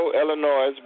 Illinois